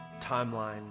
timeline